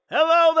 Hello